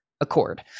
accord